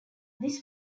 this